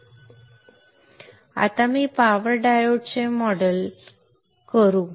आता आपण पॉवर डायोडचे मॉडेल करू